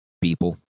people